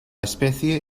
especie